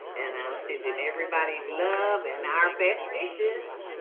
and i'm sending everybody love and our best dishes.